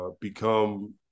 become